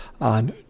on